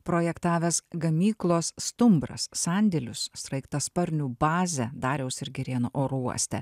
projektavęs gamyklos stumbras sandėlius sraigtasparnių bazę dariaus ir girėno oro uoste